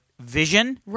vision